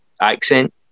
accent